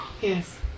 Yes